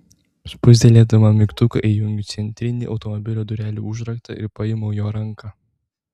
spustelėdama mygtuką įjungiu centrinį automobilio durelių užraktą ir paimu jo ranką